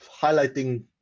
highlighting